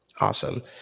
awesome